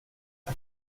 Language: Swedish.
jag